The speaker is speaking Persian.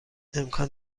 امکان